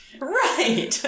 Right